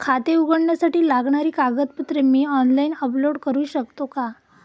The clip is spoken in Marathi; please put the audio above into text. खाते उघडण्यासाठी लागणारी कागदपत्रे मी ऑनलाइन अपलोड करू शकतो का?